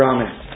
Amen